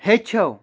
ہیٚچھو